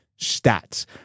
stats